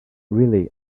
really